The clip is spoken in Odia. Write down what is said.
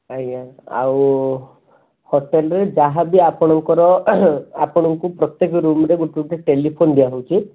ଆଜ୍ଞା ଆଉ ହୋଟେଲ୍ରେ ଯାହା ବି ଆପଣଙ୍କର ଆପଣଙ୍କୁ ପ୍ରତ୍ୟେକ ରୁମ୍ ଗୋଟେ ଗୋଟେ ଟେଲିଫୋନ୍ ଦିଆହେଉଛି